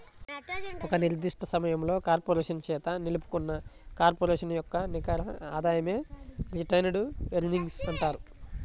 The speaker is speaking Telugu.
ఒక నిర్దిష్ట సమయంలో కార్పొరేషన్ చేత నిలుపుకున్న కార్పొరేషన్ యొక్క నికర ఆదాయమే రిటైన్డ్ ఎర్నింగ్స్ అంటారు